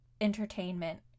entertainment